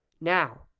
Now